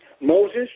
Moses